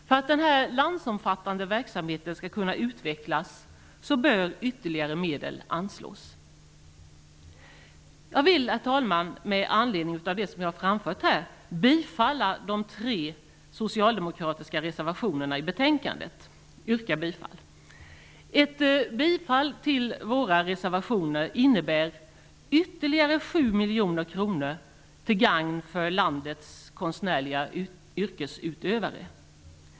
För att denna landsomfattande verksamhet skall kunna utvecklas bör ytterligare medel anslås. Herr talman! Jag vill med anledning av det jag har framfört yrka bifall till de tre socialdemokratiska reservationerna i betänkandet. Ett bifall till våra reservationer innebär ytterligare 7 miljoner kronor till gagn för landets konstnärliga yrkesutövare.